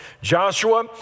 Joshua